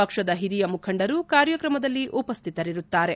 ಪಕ್ಷದ ಹಿರಿಯ ಮುಖಂಡರು ಕಾರ್ಕ್ರಮದಲ್ಲಿ ಉಪಸ್ಟಿತರಿರುತ್ತಾರೆ